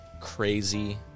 Crazy